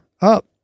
up